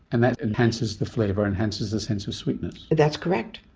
and that enhances the flavour, enhances the sense of sweetness. that's correct.